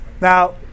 Now